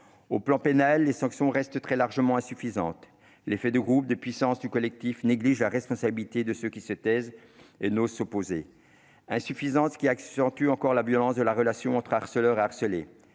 matière pénale, les sanctions restent très largement insuffisantes. L'effet de groupe, la puissance du collectif conduisent à négliger la responsabilité de ceux qui se taisent et n'osent s'opposer ; et cette insuffisance accentue encore la violence de la relation entre harceleur et harcelé.